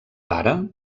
pare